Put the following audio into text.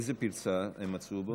איזה פרצה הם מצאו בו?